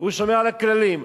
והוא שומר על הכללים.